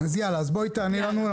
אז יאללה, אז בואי תעני לנו.